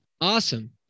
Awesome